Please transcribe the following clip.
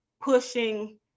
pushing